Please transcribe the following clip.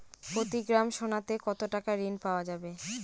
প্রতি গ্রাম সোনাতে কত টাকা ঋণ পাওয়া যাবে?